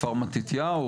כפר מתתיהו?